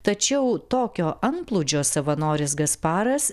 tačiau tokio antplūdžio savanoris gasparas